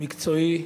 מקצועי,